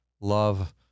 love